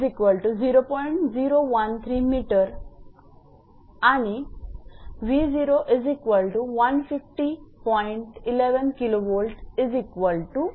013 𝑚 आणि 𝑉0150